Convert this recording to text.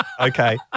Okay